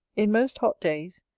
in most hot days,